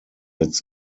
its